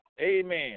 Amen